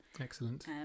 Excellent